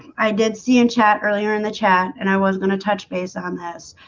i did see in chat earlier in the chat and i was going to touch base on this